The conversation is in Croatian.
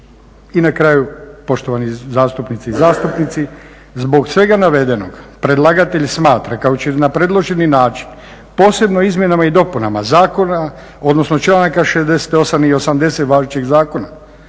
I na kraju poštovane zastupnice i zastupnici, zbog svega navedenog predlagatelj smatra kako će na predloženi način posebno izmjenama i dopuna članaka 68.i 80.važećeg zakona,